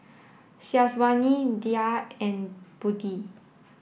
Syazwani Dhia and Budi